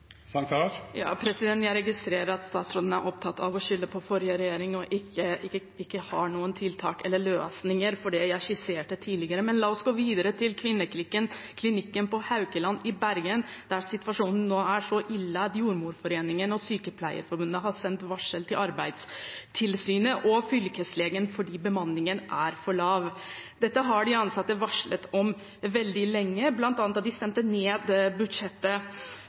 Jeg registrerer at statsråden er opptatt av å skylde på forrige regjering og ikke har noen tiltak eller løsninger for det jeg skisserte tidligere. Men la oss gå videre til Kvinneklinikken på Haukeland i Bergen, der situasjonen nå er så ille at Jordmorforeningen og Sykepleierforbundet har sendt varsel til Arbeidstilsynet og Fylkeslegen fordi bemanningen er for lav. Dette har de ansatte varslet om veldig lenge, bl.a. da de stemte ned budsjettet